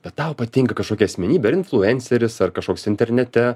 bet tau patinka kažkokia asmenybė ar influenceris ar kažkoks internete